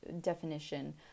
definition